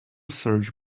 search